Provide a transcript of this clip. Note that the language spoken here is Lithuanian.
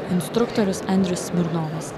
instruktorius andrius smirnovas